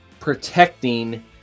protecting